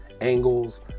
angles